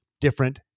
different